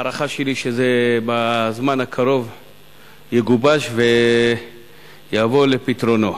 ההערכה שלי היא שזה יגובש בזמן הקרוב ויבוא על פתרונו.